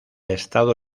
estado